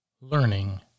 Learning